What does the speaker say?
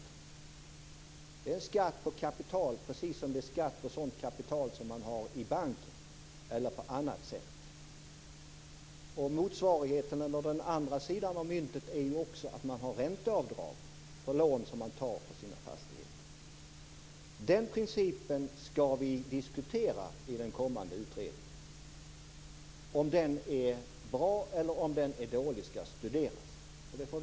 Det är en skatt på kapital precis som det är en skatt på sådant kapital som man har i banken eller på annat sätt. Den andra sidan av myntet är att man också har ränteavdrag för lån som man tar för sina fastigheter. Den principen skall vi diskutera i den kommande utredningen. Det skall studeras om den är bra eller om den är dålig.